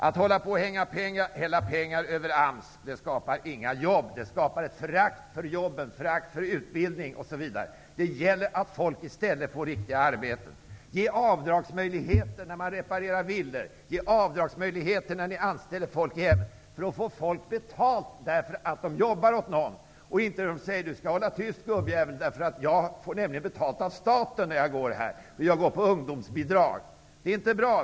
Att hälla pengar över AMS skapar inga jobb. Det skapar ett förakt för jobb och utbildning, osv. Det gäller att ge folk riktiga arbeten. Ge avdragsmöjligheter för dem som reparerar sina villor. Ge avdragsmöjligheter för dem som anställer folk i hemmet. Då får folk betalt för att de jobbar åt någon. Det är inte meningen att de skall säga: ''Du skall hålla tyst, din gubbjävel! Jag får nämligen betalt av staten. Jag går på ungdomsbidrag.'' Det här är inte bra.